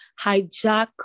hijack